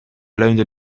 leunde